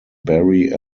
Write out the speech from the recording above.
berry